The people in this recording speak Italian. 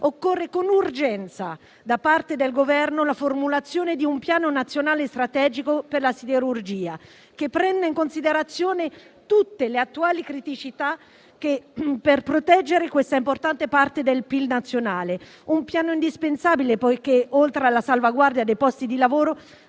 Occorre con urgenza la formulazione di un piano nazionale strategico per la siderurgia da parte del Governo, che prenda in considerazione tutte le attuali criticità per proteggere questa importante parte del PIL nazionale. È un piano indispensabile, poiché, oltre alla salvaguardia dei posti di lavoro,